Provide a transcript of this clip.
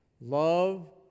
Love